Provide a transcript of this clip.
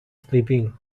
sleeping